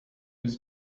was